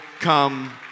come